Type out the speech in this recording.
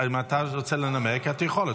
אם אתה רוצה לנמק, אתה יכול.